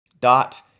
dot